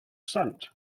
sent